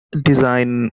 design